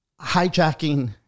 hijacking